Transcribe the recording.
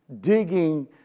Digging